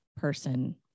person